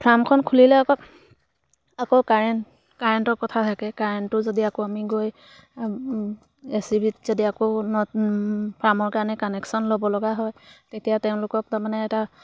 ফাৰ্মখন খুলিলে আকৌ আকৌ কাৰেণ্ট কাৰেণ্টৰ কথা থাকে কাৰেণ্টটো যদি আকৌ আমি গৈ এচিবিত যদি আকৌ নতুন ফাৰ্মৰ কাৰণে কানেকশ্যন ল'ব লগা হয় তেতিয়া তেওঁলোকক তাৰমানে এটা